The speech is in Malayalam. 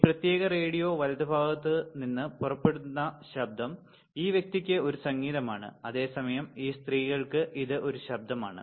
ഈ പ്രത്യേക റേഡിയോ വലതുഭാഗത്ത് നിന്ന് പുറപ്പെടുന്ന ശബ്ദം ഈ വ്യക്തിക്ക് ഒരു സംഗീതമാണ് അതേസമയം ഈ സ്ത്രീകൾക്ക് ഇത് ഒരു ശബ്ദമാണ്